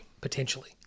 potentially